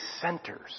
centers